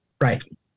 Right